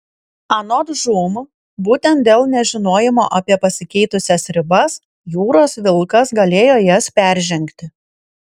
anot žūm būtent dėl nežinojimo apie pasikeitusias ribas jūros vilkas galėjo jas peržengti